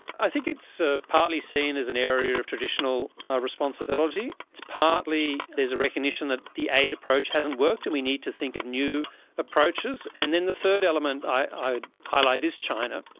i think it's ah partly seen as an area of traditional responsibility. it's partly there's a recognition that the aid approach hasn't worked and we need to think of new approaches. and then the third element i highlight is china,